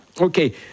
Okay